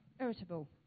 irritable